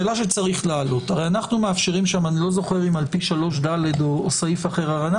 אנחנו מאפשרים אני לא זוכר אם על פי 3ד או סעיף אחר אנחנו